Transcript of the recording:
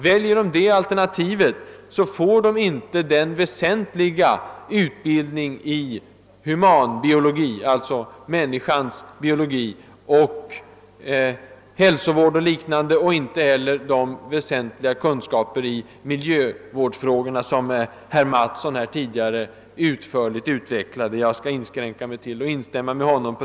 Väljer de detta senare alternativ får de ingen nämnvärd utbildning i humanbiologi — d.v.s. människans biologi, med hälsovård och dylikt — och inte heller väsentliga kunskaper i miljövårdsfrågorna. Herr Mattsson har tidigare utförligt utvecklat detta problem, och jag skall inskränka mig till att instämma med honom.